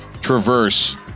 traverse